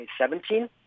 2017